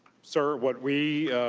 sir, what we,